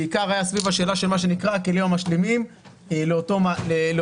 בעיקר היה סביב השאלה של מה שנקרא הכלים המשלימים לאותו מהלך.